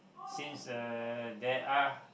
since uh there are